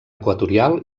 equatorial